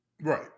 Right